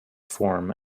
form